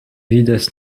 vidas